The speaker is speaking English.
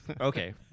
Okay